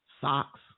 socks